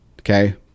okay